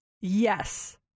Yes